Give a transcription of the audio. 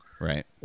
Right